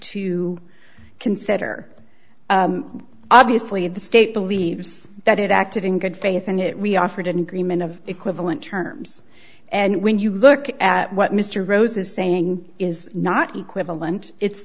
to consider obviously the state believes that it acted in good faith and it we offered an agreement of equivalent terms and when you look at what mr rose is saying is not equivalent it's